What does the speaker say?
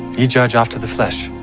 ye judge after the flesh